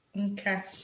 Okay